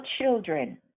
children